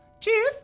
Cheers